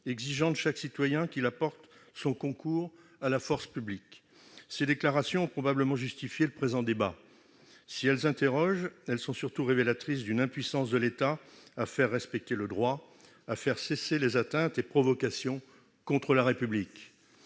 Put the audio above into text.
exigeant de chaque citoyen qu'il apporte son concours à la force publique. Ces déclarations ont probablement justifié le présent débat. Si elles interrogent, elles sont surtout révélatrices d'une impuissance de l'État à faire respecter le droit, à faire cesser les atteintes et les provocations contre la République.